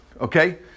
okay